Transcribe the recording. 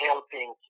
Helping